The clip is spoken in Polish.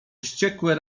wściekłe